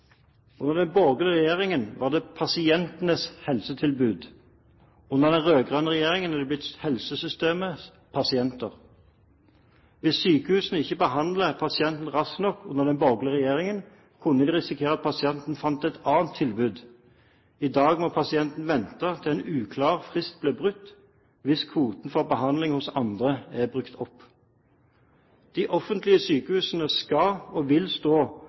Under den borgerlige regjeringen var det pasientenes helsetilbud, under den rød-grønne regjeringen er det blitt helsesystemets pasienter. Hvis sykehusene ikke behandlet pasientene raskt nok under den borgerlige regjeringen, kunne de risikere at pasienten fant et annet tilbud. I dag må pasientene vente til en uklar frist blir brutt, hvis kvoten for behandling hos andre er brukt opp. De offentlige sykehusene skal og vil stå